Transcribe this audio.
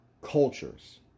cultures